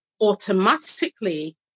automatically